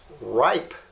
ripe